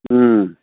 ꯎꯝ